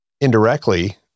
indirectly